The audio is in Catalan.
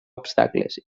obstacles